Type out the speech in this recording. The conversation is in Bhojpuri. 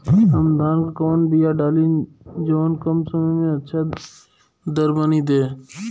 हम धान क कवन बिया डाली जवन कम समय में अच्छा दरमनी दे?